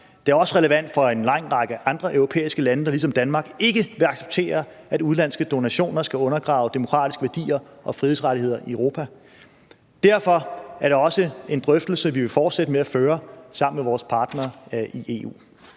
Den er også relevant for en lang række andre europæiske lande, der ligesom Danmark ikke vil acceptere, at udenlandske donationer skal undergrave demokratiske værdier og frihedsrettigheder i Europa. Derfor er det også en drøftelse, vi vil fortsætte med at føre sammen med vores partnere i EU.